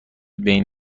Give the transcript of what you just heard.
بین